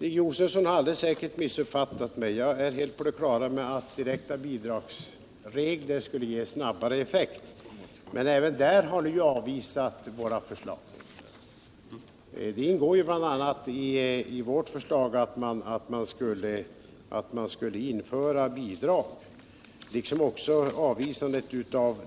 Herr talman! Alldeles säkert missuppfattade herr Josefson mig. Jag är helt på det klara med att regler om direkta bidrag skulle ge effekt snabbare, men även här har ju våra förslag avvisats. Vårt förslag innebär bl.a. att man skulle införa bidrag.